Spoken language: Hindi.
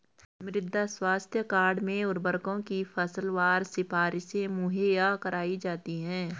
मृदा स्वास्थ्य कार्ड में उर्वरकों की फसलवार सिफारिशें मुहैया कराई जाती है